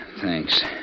Thanks